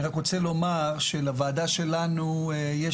אני רק רוצה לומר שלוועדה שלנו יש